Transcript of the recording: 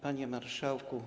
Panie Marszałku!